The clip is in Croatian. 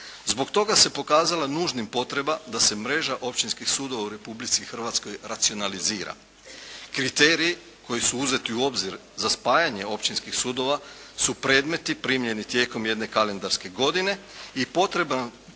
Zbog toga se pokazala nužnim potreba da se mreža općinskih sudova u Republici Hrvatskoj racionalizira. Kriteriji koji su uzeti u obzir za spajanje općinskih sudova su predmeti primljeni tijekom jedne kalendarske godine i potreban